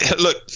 look